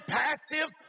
passive